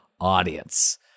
audience